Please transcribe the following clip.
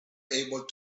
able